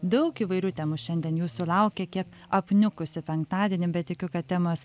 daug įvairių temų šiandien jūsų laukia kiek apniukusį penktadienį bet tikiu kad temos